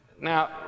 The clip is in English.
Now